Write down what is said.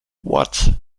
watt